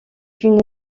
une